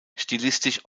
stilistisch